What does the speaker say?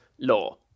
law